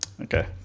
Okay